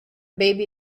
baby